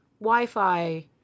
Wi-Fi